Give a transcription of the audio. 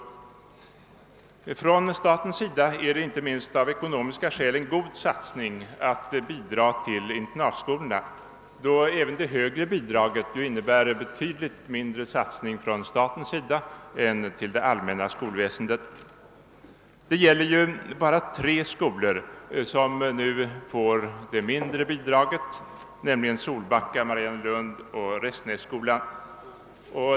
För staten är det inte minst av ekönomiska skäl en god satsning att bidra till internatskolorna, då även det högre bidraget ju innebär betydligt mindre satsning från statens sida än till det allmänna skolväsendet. Det gäller ju bara tre skolor som nu får det mindre bidraget, nämligen Solbacka, Mariannelund och Restenässkolan.